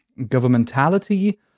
Governmentality